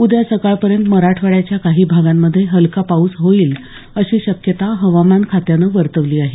उद्या सकाळपर्यंत मराठवाड्याच्या काही भागांमध्ये हलका पाऊस होईल अशी शक्यता हवामान खात्यानं वर्तवली आहे